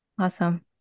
Awesome